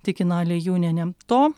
tikina aliejūnienė to